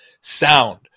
sound